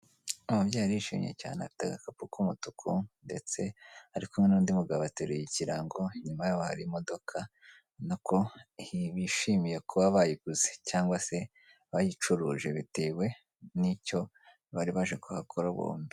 Umubyeyi arishimye cyane afite agakapu k'umutuku ndetse ari kumwe n'undi mugabo ateruye ikirango, nyuma yaba hari imodoka ubona ko bishimiye kuba bayiguze cyangwa se bayicuruje bitewe n'icyo bari baje kuhakora bombi.